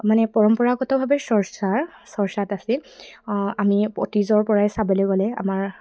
মানে পৰম্পৰাগতভাৱে চৰ্চাৰ চৰ্চাত আছিল আমি অতীজৰ পৰাই চাবলৈ গ'লে আমাৰ